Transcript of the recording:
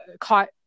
caught